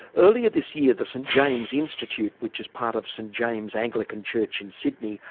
earlier this year, the st james' institute, which is part of st james' anglican church in sydney,